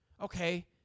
Okay